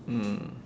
mm